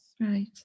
right